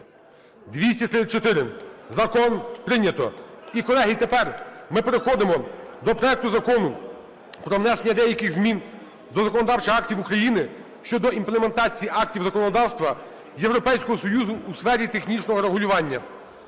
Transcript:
За-234 Закон прийнято. І, колеги, тепер ми переходимо до проекту Закону про внесення змін до деяких законодавчих актів України щодо імплементації актів законодавства Європейського Союзу у сфері технічного регулювання.